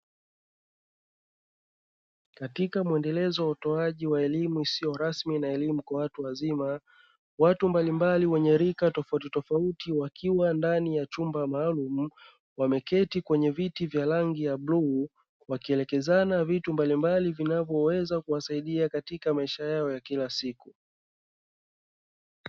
Katika muendelezo wa utoaji wa elimu isiyo rasmi na elimu kwa watu wazima, watu mbalimbali wenye rika tofauti tofauti wakiwa ndani ya chumba maalumu wameketi kwenye viti vya rangi ya bluu wakielekezana vitu mbalimbali vinavyoweza kuwasaidia katika maisha yao ya kila siku.